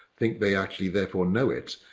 think they actually therefore know it,